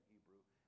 Hebrew